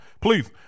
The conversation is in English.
Please